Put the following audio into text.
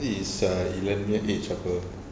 is err in learning age apa